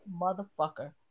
motherfucker